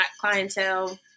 clientele